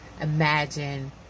imagine